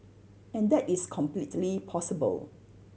and that is completely possible